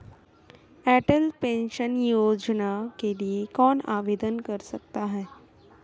अटल pension योजना के लिए कौन आवेदन कर सकता है?